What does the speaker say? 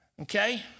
okay